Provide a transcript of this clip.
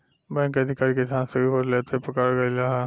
bank के अधिकारी किसान से घूस लेते पकड़ल गइल ह